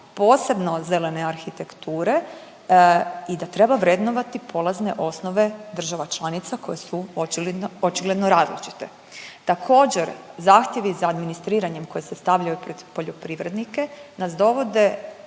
posebno zelene arhitekture i da treba vrednovati polazne osnove država članica koje su očigledno različite. Također zahtjevi za administriranjem koji se stavljaju pred poljoprivrednike nas dovode